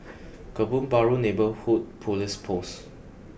Kebun Baru neighbourhood police post